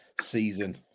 season